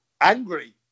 angry